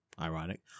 ironic